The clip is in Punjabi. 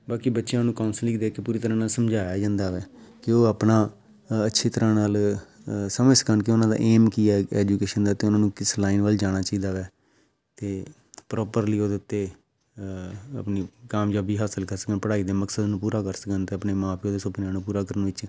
ਬਾਕੀ ਬੱਚਿਆਂ ਨੂੰ ਕੌਂਸਲਿੰਗ ਦੇ ਕੇ ਪੂਰੀ ਤਰ੍ਹਾਂ ਨਾਲ ਸਮਝਾਇਆ ਜਾਂਦਾ ਵੈ ਕਿ ਉਹ ਆਪਣਾ ਅੱਛੀ ਤਰ੍ਹਾਂ ਨਾਲ ਸਮਝ ਸਕਣ ਕਿ ਉਹਨਾਂ ਦਾ ਏਮ ਕੀ ਆ ਐਜੂਕੇਸ਼ਨ ਦਾ ਅਤੇ ਉਹਨਾਂ ਨੂੰ ਕਿਸ ਲਾਈਨ ਵੱਲ ਜਾਣਾ ਚਾਹੀਦਾ ਵੈ ਅਤੇ ਪ੍ਰੋਪਰਲੀ ਉਹਦੇ ਉੱਤੇ ਆਪਣੀ ਕਾਮਯਾਬੀ ਹਾਸਲ ਕਰ ਸਕਣ ਪੜ੍ਹਾਈ ਦੇ ਮਕਸਦ ਨੂੰ ਪੂਰਾ ਕਰ ਸਕਣ ਅਤੇ ਆਪਣੇ ਮਾਂ ਪਿਉ ਦੇ ਸੁਪਨੇ ਨੂੰ ਪੂਰਾ ਕਰਨ ਵਿੱਚ